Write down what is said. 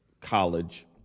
college